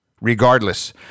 Regardless